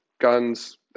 guns